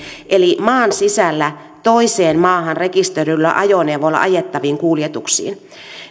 eli maan sisällä toiseen maahan rekisteröidyllä ajoneuvolla ajettaviin kuljetuksiin